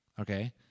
okay